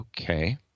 okay